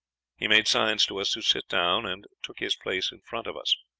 he made signs to us to sit down, and took his place in front of us.